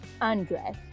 undress